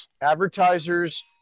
advertisers